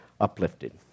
uplifted